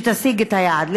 שתשיג את היעד,